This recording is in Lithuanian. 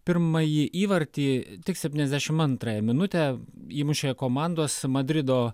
pirmąjį įvartį tik septyniasdešim antrąją minutę įmušė komandos madrido